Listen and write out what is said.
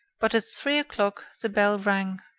but at three o'clock the bell rang.